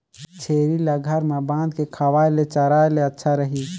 छेरी ल घर म बांध के खवाय ले चराय ले अच्छा रही?